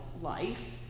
life